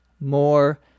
more